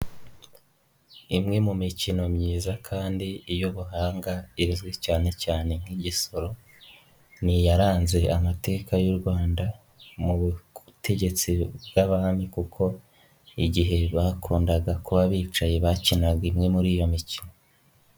Imwe mu mikino myiza kandi iy'ubuhanga izwi cyane cyane nk'igisoro ni iyaranze amateka y'u Rwanda mu Butegetsi bw'Abami kuko igihe bakundaga kuba bicaye bakinaga imwe muri iyo mikino.